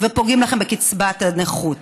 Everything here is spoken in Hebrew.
ופוגעים לכם בקצבת הנכות.